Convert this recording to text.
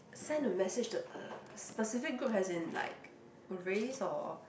send a message to a specific group as in like race or